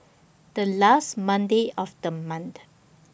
The last Monday of The month